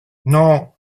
non